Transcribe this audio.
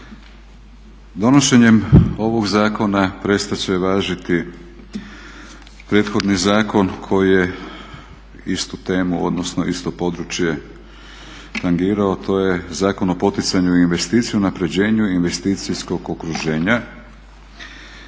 Donošenjem ovog zakona prestat će važiti prethodni zakon koji je isto područje tangirao, a to je Zakon o poticanju investicija i unapređenju investicijskog okruženja.